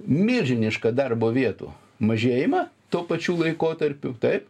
milžinišką darbo vietų mažėjimą tuo pačiu laikotarpiu taip